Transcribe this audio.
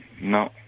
no